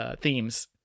themes